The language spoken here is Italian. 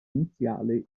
iniziale